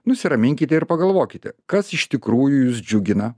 nusiraminkite ir pagalvokite kas iš tikrųjų jus džiugina